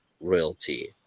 royalty